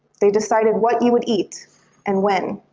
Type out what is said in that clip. they decided what you would eat and when,